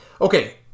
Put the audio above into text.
Okay